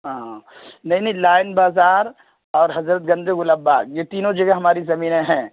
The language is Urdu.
ہاں نہیں نہیں لائن بازار اور حضرت گنج گلاب باغ یہ تینوں جگہ ہماری زمینیں ہیں